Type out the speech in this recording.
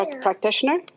practitioner